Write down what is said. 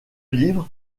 livre